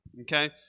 okay